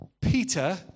Peter